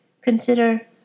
Consider